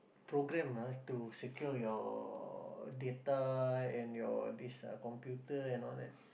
program ah to secure your data and your this uh computer and all that